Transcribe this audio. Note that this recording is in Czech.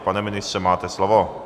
Pane ministře, máte slovo.